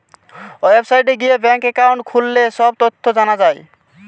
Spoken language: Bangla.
ওয়েবসাইটে গিয়ে ব্যাঙ্ক একাউন্ট খুললে সব তথ্য জানা যায়